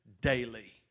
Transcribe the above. daily